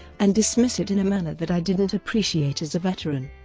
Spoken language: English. and dismiss it in a manner that i didn't appreciate as a veteran.